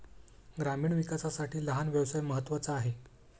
ग्रामीण विकासासाठी लहान व्यवसाय महत्त्वाचा आहे